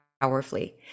powerfully